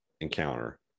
encounter